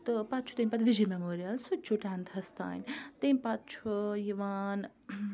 تہٕ پَتہٕ چھُ تمہِ پَتہٕ وِجے میٚموریل سُہ تہِ چھُ ٹیٚنتھَس تانۍ تمہِ پَتہٕ چھُ یِوان